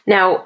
Now